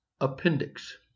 Appendix